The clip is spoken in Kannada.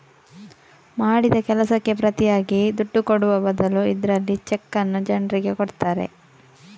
ಮಾಡಿದ ಕೆಲಸಕ್ಕೆ ಪ್ರತಿಯಾಗಿ ದುಡ್ಡು ಕೊಡುವ ಬದಲು ಇದ್ರಲ್ಲಿ ಚೆಕ್ಕನ್ನ ಜನ್ರಿಗೆ ಕೊಡ್ತಾರೆ